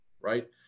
right